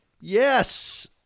Yes